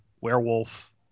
Werewolf